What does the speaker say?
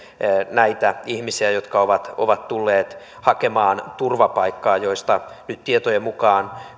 näitä ihmisiä jotka ovat ovat tulleet hakemaan turvapaikkaa ja joista nyt tietojen mukaan